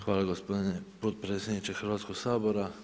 Hvala gospodine potpredsjedniče Hrvatskog sabora.